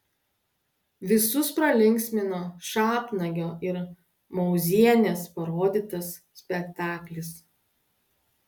visus pralinksmino šapnagio ir mauzienės parodytas spektaklis